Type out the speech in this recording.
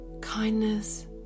kindness